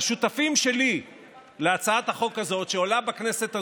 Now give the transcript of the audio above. והשותפים שלי להצעת החוק הזאת, שעולה בכנסת הזו,